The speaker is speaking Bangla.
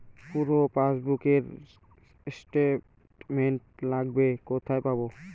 পুরো পাসবুকের স্টেটমেন্ট লাগবে কোথায় পাব?